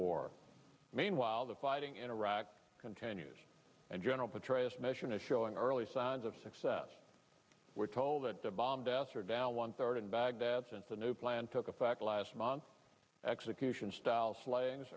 war meanwhile the fighting in iraq continues and general petraeus mission is showing early signs of success we're told that the bom deaths are down one third in baghdad since the new plan took effect last month execution style sla